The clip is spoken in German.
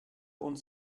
und